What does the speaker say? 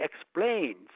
explains